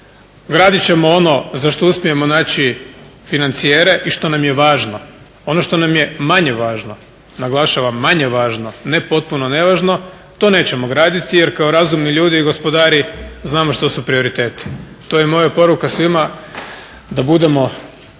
gradit ćemo ono za što uspijemo naći financijere i što nam je važno. Ono što nam je manje važno, naglašavam manje važno, ne potpuno nevažno to nećemo graditi jer kao razumni ljudi i gospodari znamo što su prioriteti. To je moja poruka svima da budemo